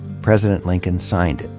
president lincoln signed it,